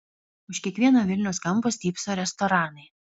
už kiekvieno vilniaus kampo stypso restoranai